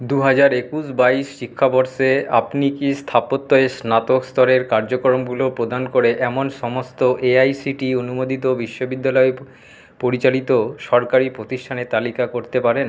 দুহাজার একুশ বাইশ শিক্ষাবর্ষে আপনি কি স্থাপত্য স্নাতক স্তরের কার্যক্রমগুলো প্রদান করে এমন সমস্ত এআইসিটিই অনুমোদিত বিশ্ববিদ্যালয় পরিচালিত সরকারি প্রতিষ্ঠানের তালিকা করতে পারেন